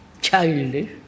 childish